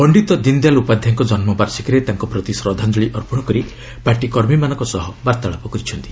ପଶ୍ଚିତ ଦିନଦୟାଲ୍ ଉପାଧ୍ୟାୟଙ୍କ ଜନ୍ମ ବାର୍ଷିକୀରେ ତାଙ୍କ ପ୍ରତି ଶ୍ରଦ୍ଧାଞ୍ଚଳି ଅର୍ପଣ କରି ପାର୍ଟି କର୍ମୀମାନଙ୍କ ସହ ବାର୍ତ୍ତାଳାପ କରିଛନ୍ତି